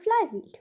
flywheel